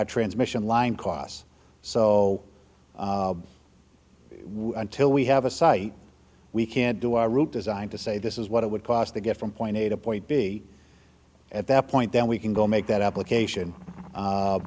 our transmission line cos so until we have a site we can do our route design to say this is what it would cost to get from point a to point b at that point then we can go make that application